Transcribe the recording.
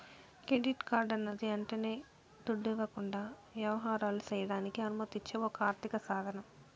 credit కార్డన్నది యంటనే దుడ్డివ్వకుండా యవహారాలు సెయ్యడానికి అనుమతిచ్చే ఒక ఆర్థిక సాదనం